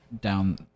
down